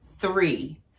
Three